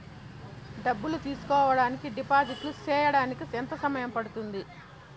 డబ్బులు తీసుకోడానికి డిపాజిట్లు సేయడానికి ఎంత సమయం పడ్తుంది